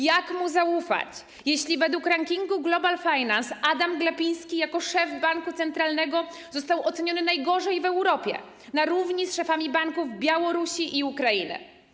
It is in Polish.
Jak mu zaufać, jeśli według rankingu ˝Global Finance˝ Adam Glapiński jako szef Banku Centralnego został oceniony najgorzej w Europie na równi z szefami banków Białorusi i Ukrainy.